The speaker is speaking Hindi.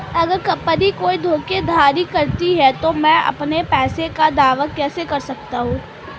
अगर कंपनी कोई धोखाधड़ी करती है तो मैं अपने पैसे का दावा कैसे कर सकता हूं?